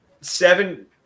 seven